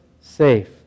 safe